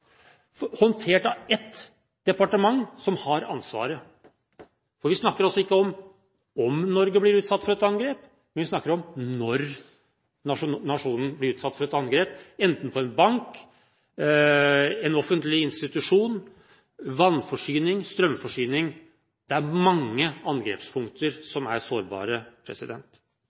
håndtert av ett departement som har ansvaret. Vi snakker altså ikke om hvorvidt Norge blir utsatt for et angrep, vi snakker om når nasjonen blir utsatt for et angrep, enten på en bank, på en offentlig institusjon, på vannforsyning eller på strømforsyning. Det er mange angrepspunkter som er sårbare.